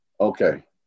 Okay